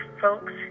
folks